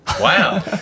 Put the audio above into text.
Wow